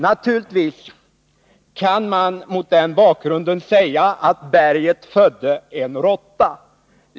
Naturligtvis kan man mot den bakgrunden säga att berget födde en råtta.